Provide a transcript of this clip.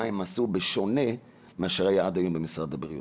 מה הם עשו בשונה מאשר היה עד היום במשרד הבריאות?